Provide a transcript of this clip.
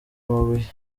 amabuye